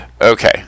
Okay